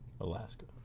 Alaska